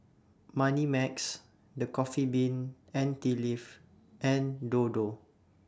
Moneymax The Coffee Bean and Tea Leaf and Dodo